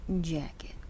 jacket